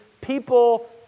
people